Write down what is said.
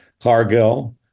Cargill